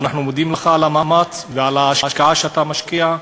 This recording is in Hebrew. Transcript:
ואנחנו מודים לך על המאמץ ועל ההשקעה שאתה משקיע,